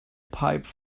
pipe